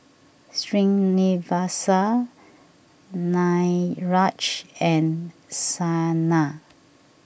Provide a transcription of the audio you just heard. Srinivasa Niraj and Saina